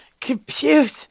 compute